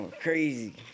crazy